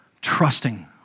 trusting